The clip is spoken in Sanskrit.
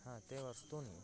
हा ते वस्तूनि